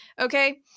okay